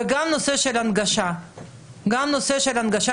וגם נושא הנגשת המידע.